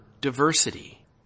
diversity